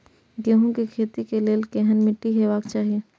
गेहूं के खेतीक लेल केहन मीट्टी हेबाक चाही?